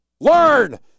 Learn